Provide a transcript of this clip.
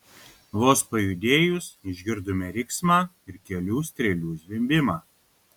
vos pajudėjus išgirdome riksmą ir kelių strėlių zvimbimą